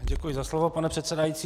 Děkuji za slovo, pane předsedající.